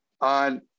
on